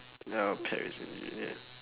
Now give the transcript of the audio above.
ya paris saint